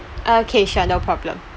okay sure no problem